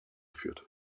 führt